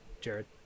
Jared